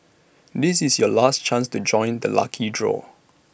this is your last chance to join the lucky draw